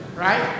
Right